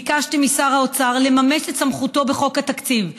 ביקשתי משר האוצר לממש את סמכותו בחוק התקציב.